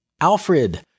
Alfred